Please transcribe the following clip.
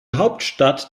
hauptstadt